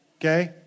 okay